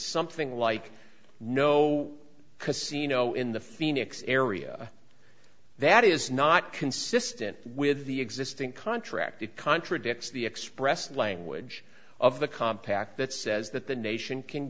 something like no casino in the phoenix area that is not consistent with the existing contract it contradicts the expressed language of the compact that says that the nation can